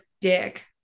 dick